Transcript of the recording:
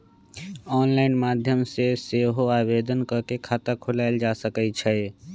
online माध्यम से सेहो आवेदन कऽ के खता खोलायल जा सकइ छइ